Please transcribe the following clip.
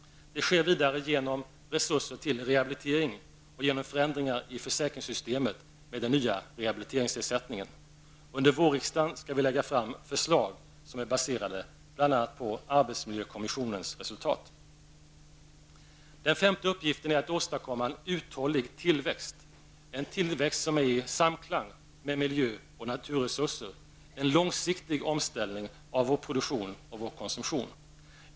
Det sker vidare genom resurser till rehabilitering och genom förändringar i försäkringssystemet med den nya rehabiliteringsersättningen. Under vårriksdagen skall vi lägga fram förslag som är baserade bl.a. på arbetsmiljökommissionens resultat. Den femte uppgiften är att åstadkomma en uthållig tillväxt, en tillväxt som är i samklang med miljö och naturresurser, en långsiktig omställning av vår produktion och vår konsumtion.